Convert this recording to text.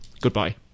Goodbye